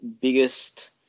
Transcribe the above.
biggest